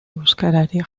euskararik